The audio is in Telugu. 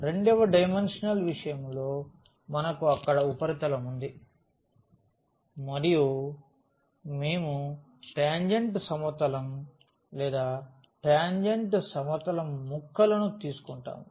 రెండవ డైమెన్షనల్ విషయంలో మనకు అక్కడ ఉపరితలం ఉంది మరియు మేము టాంజెంట్ సమతలం లేదా టాంజెంట్ సమతలం ముక్కలను తీసుకుంటాము